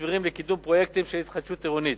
סבירים לקידום פרויקטים של התחדשות עירונית,